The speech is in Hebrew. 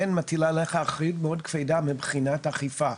כן מטילה עליך אחריות מאוד כבדה מבחינת אכיפה.